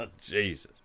Jesus